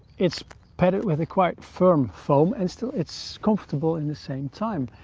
it's padded with a quite firm foam, and still it's comfortable in the same time.